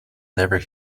never